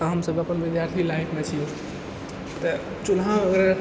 हमसभ अपन विद्यार्थी लाइफमे छी तऽ चूल्हा वगैरह